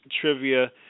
trivia